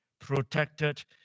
protected